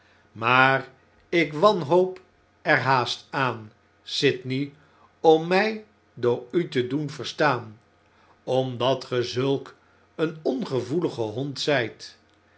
maar ik wanhoop er haast aan sydney om mjj door u te doen verstaan omdat ge zulk een ongevoelige hond zgt